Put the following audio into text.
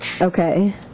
Okay